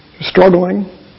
struggling